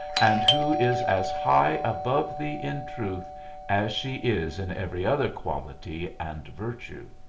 and who is as high above thee in truth as she is in every other quality and virtue.